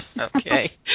Okay